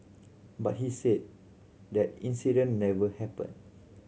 but he said that incident never happened